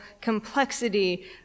complexity